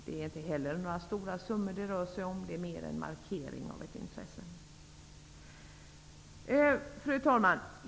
Det är heller inte några stora summor det rör sig om. Det är mer en markering av ett intresse. Fru talman!